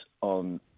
on